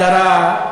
הדרה,